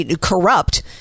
corrupt